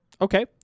Okay